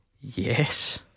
Yes